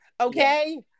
okay